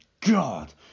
God